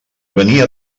venia